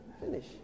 Finish